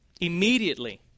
Immediately